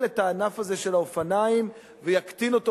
את הענף הזה של האופניים ויקטין אותו,